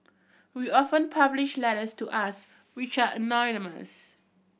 we often publish letters to us which are anonymous